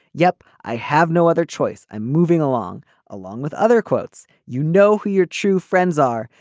yep. i have no other choice. i'm moving along along with other quotes. you know who your true friends are.